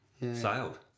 sailed